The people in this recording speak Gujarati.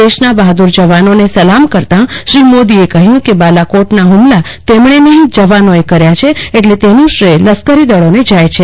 દેશના બહાદ્દર જવાનોને સલામ કરતા શ્રી મોદીએ કહયું કે બાલાકોટના હુમલા તેમણે નહી જવાનોએ કર્યા છે એટલે તેનું શ્રેય લશ્કરીદળોને જાય છે